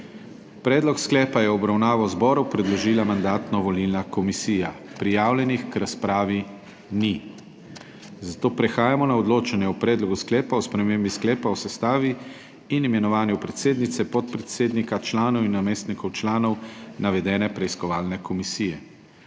Predlog sklepa je v obravnavo zboru predložila Mandatno-volilna komisija. Prijavljenih k razpravi ni, zato prehajamo na odločanje o Predlogu sklepa o spremembi Sklepa o sestavi in imenovanju predsednice, podpredsednika, članov in namestnikov članov navedene preiskovalne komisije.